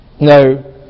No